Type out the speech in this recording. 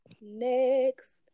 next